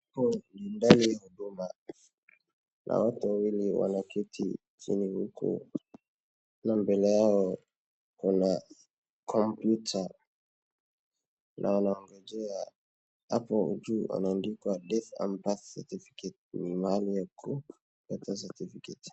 Hapa ni ndani ya huduma. Kuna watu wawili wameketi chini huku na mbele yao kuna computer na wanangojea hapo juu kumeandikwa death and birth certificate ni mahali ya kupata certificate .